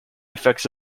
effects